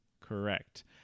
Correct